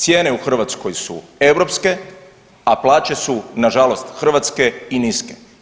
Cijene u Hrvatskoj su europske, a plaće su nažalost hrvatske i niske.